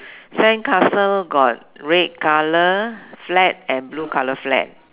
sandcastle got red colour flag and blue colour flag